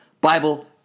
Bible